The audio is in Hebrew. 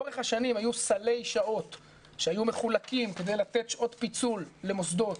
לאורך השנים היו סלי שעות שהיו מחולקים כדי לתת שעות פיצול למוסדות